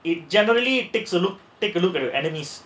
it generally takes a look take a look at the enemies